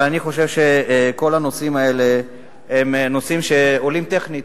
אבל אני חושב שכל הנושאים האלה הם נושאים שעולים טכנית,